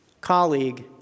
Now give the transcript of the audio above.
colleague